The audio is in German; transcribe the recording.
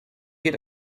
geht